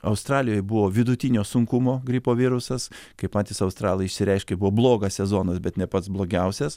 australijoj buvo vidutinio sunkumo gripo virusas kaip patys australai išsireiškė buvo blogas sezonas bet ne pats blogiausias